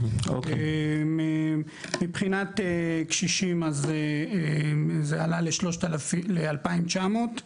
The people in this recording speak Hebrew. מבחינת קשישים אז זה עלה ל-2,900,